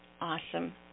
Awesome